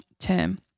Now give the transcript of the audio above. term